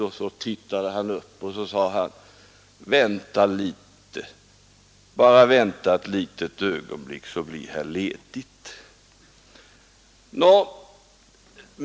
Då tittade han upp och sade: Vänta bara ett litet ögonblick, så blir här ledigt!